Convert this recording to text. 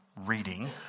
reading